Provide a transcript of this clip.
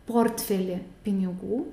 portfelį pinigų